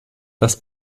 das